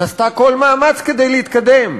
עשתה כל מאמץ כדי להתקדם